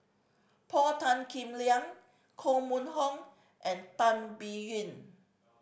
Paul Tan Kim Liang Koh Mun Hong and Tan Biyun